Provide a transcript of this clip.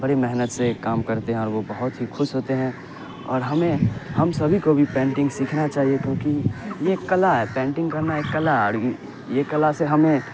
بڑی محنت سے کام کرتے ہیں اور وہ بہت ہی خوش ہوتے ہیں اور ہمیں ہم سبھی کو بھی پینٹنگ سیکھنا چاہیے کیونکہ یہ کلا ہے پینٹنگ کرنا ایک کلا ہے اور یہ کلا سے ہمیں